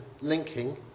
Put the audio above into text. linking